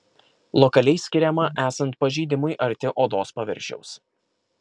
lokaliai skiriama esant pažeidimui arti odos paviršiaus